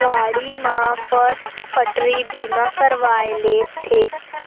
गाड़ी म first party बीमा करवाय ले